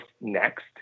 next